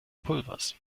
pulvers